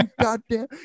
goddamn